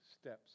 steps